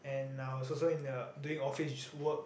and I was also in the doing office work